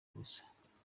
gusa